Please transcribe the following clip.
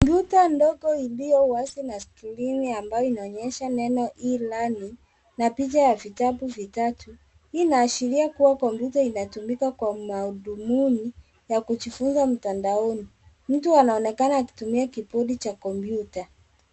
Kompyuta ndogo iliyowazi na skrini ambayo inayonyesha neno E-Learning na picha ya vitabu vitatu. Hii inaashiria kuwa kompyuta inatumika kwa madhumuni ya kujifunza mtandaoni. Mtu anaonekana akitumia kibodi cha kompyuta